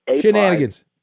shenanigans